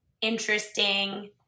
interesting